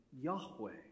Yahweh